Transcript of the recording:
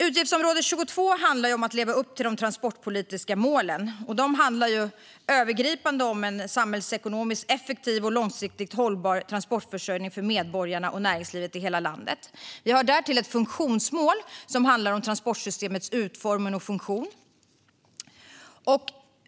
Utgiftsområde 22 handlar om att leva upp till de transportpolitiska målen som övergripande handlar om en samhällsekonomiskt effektiv och långsiktigt hållbar transportförsörjning för medborgarna och näringslivet i hela landet. Vi har därtill ett funktionsmål som handlar om transportsystemets utformning och funktion.